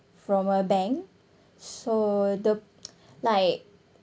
from a bank so the like